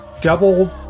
double